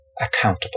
accountable